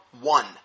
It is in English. one